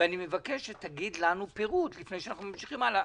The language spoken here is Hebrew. ואני מבקש ממך שתגיד לנו פירוט לפני שאנחנו ממשיכים הלאה.